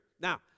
Now